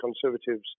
Conservatives